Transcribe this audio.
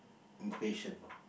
impatient